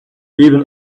even